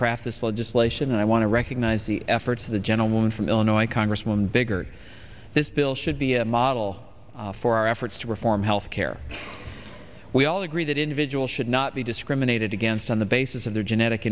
craft this legislation and i want to recognize the efforts of the gentlewoman from illinois congresswoman bigger this bill should be a model for our efforts to reform health care we all agree that individuals should not be discriminated against on the basis of their genetic